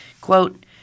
Quote